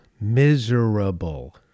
miserable